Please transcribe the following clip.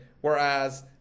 Whereas